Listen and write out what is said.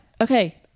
okay